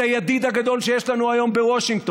את הידיד הגדול שיש לנו היום בוושינגטון,